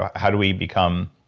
how do we become.